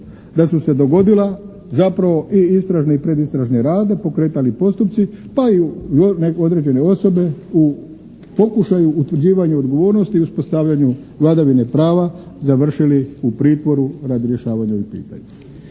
da su se dogodila zapravo i istražni i predistražni radnje, pokretali postupci pa i određene osobe u pokušaju utvrđivanja odgovornosti i uspostavljanju vladavine prava završili u pritvoru radi rješavanja ovih pitanja.